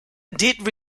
did